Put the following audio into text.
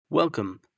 Welcome